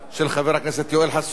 של חבר הכנסת יואל חסון.